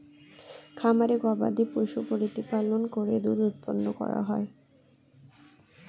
খামারে গবাদিপশু প্রতিপালন করে দুধ উৎপন্ন করা হয়